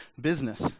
business